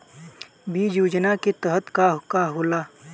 बीज योजना के तहत का का होला?